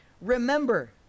Remember